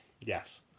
Yes